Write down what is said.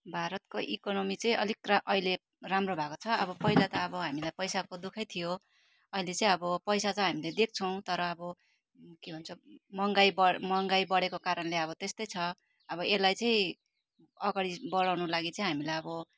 भारतको इकोनमी चाहिँ अलिक रा अहिले राम्रो भएको छ अब पहिला त अब हामीलाई पैसाको दुःखै थियो अहिले चाहिँ अब पैसा चाहिँ हामीले देख्छौँ तर अब के भन्छ महँगाई बढ महँगाई बढेको कारणले अब त्यस्तै छ अब यसलाई चाहिँ अगाडि बढाउनको लागि चाहिँ हामीलाई अब